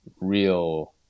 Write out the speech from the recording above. real